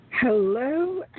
Hello